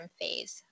phase